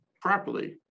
properly